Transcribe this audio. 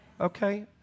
Okay